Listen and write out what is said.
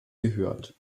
gehört